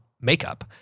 makeup